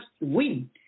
win